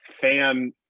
fan